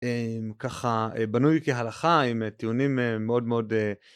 אמ.. ככה בנוי כהלכה עם טיעונים מאוד מאוד